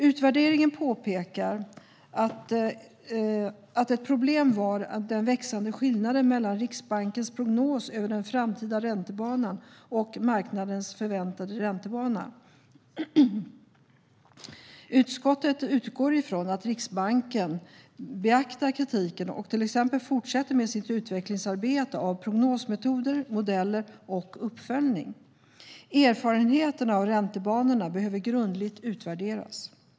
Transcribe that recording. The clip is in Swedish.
Utvärderingen påpekar att ett problem var den växande skillnaden mellan Riksbankens prognos över den framtida räntebanan och marknadens förväntade räntebana. Utskottet utgår ifrån att Riksbanken beaktar kritiken och till exempel fortsätter med sitt utvecklingsarbete av prognosmetoder, modeller och uppföljning. Erfarenheterna av räntebanorna behöver utvärderas grundligt.